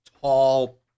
tall